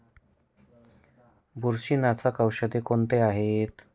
बुरशीनाशक औषधे कोणती आहेत?